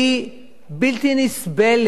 הוא בלתי נסבל,